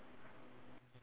above the toy shop ah